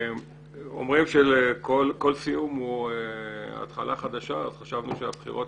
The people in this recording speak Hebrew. אומרים שכל סיום הוא התחלה חדשה וחשבנו שהבחירות